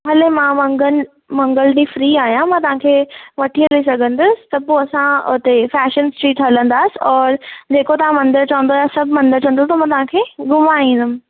हले मां मंगल मंगल ॾींहं फ्री आहियां मां तव्हांखे वठी हली सघंदसि त पोइ असां हुते फैशन स्ट्रीट हलंदासीं और जेको तव्हां मंदरु चवंदव सभु मंदर चवंदव मां तव्हांखे घुमाए ईंदमि